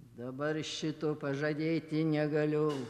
dabar šito pažadėti negaliu